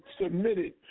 submitted